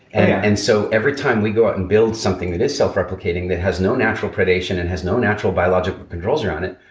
and so every time we go out and build something that is self-replicating, that has no natural predation and has no natural biological controls around it.